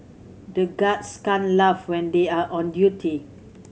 the guards can't laugh when they are on duty